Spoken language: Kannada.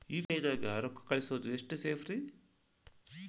ಯು.ಪಿ.ಐ ನ್ಯಾಗ ರೊಕ್ಕ ಕಳಿಸೋದು ಎಷ್ಟ ಸೇಫ್ ರೇ?